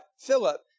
Philip